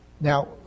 Now